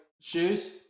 Shoes